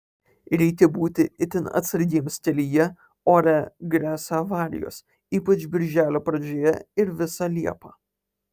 reikia būti itin atsargiems kelyje ore gresia avarijos ypač birželio pradžioje ir visą liepą